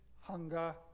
hunger